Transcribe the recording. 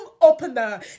opener